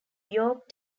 york